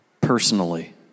personally